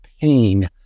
pain